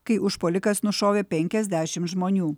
kai užpuolikas nušovė penkiasdešim žmonių